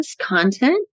content